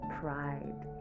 pride